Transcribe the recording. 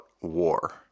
war